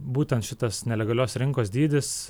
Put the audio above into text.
būtent šitas nelegalios rinkos dydis